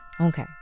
okay